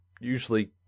usually